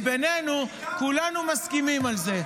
כי בינינו, כולנו מסכימים על זה,